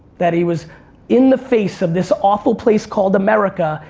that he was in the face of this awful place called america,